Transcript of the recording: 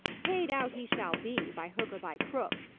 paid out he shall be, by hook or by crook,